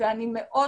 אני מאוד